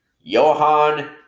Johan